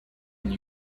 and